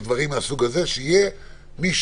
או דברים מהסוג הזה שיהיה מישהו